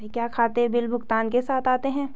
क्या खाते बिल भुगतान के साथ आते हैं?